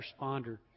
responder